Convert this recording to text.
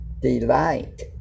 Delight